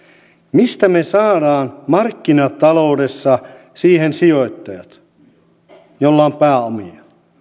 mistä me saamme markkinataloudessa siihen sijoittajat joilla on pääomia